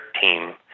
team